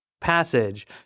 passage